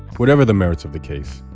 whatever the merits of the case,